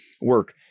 work